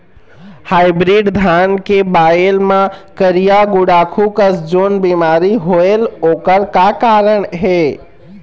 Hybrid धान के बायेल मां करिया गुड़ाखू कस जोन बीमारी होएल ओकर का कारण हे?